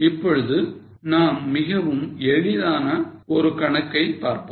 இப்பொழுது நாம் மிகவும் எளிதான ஒரு கணக்கை பார்ப்போம்